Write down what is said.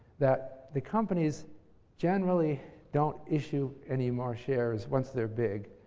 that the companies generally don't issue any more shares once they're big.